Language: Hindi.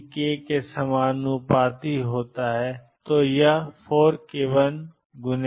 गति k के समानुपाती होती है